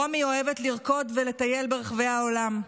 רומי אוהבת לרקוד ולטייל ברחבי העולם,